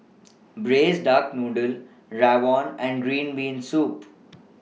Braised Duck Noodle Rawon and Green Bean Soup